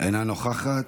אינה נוכחת,